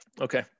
Okay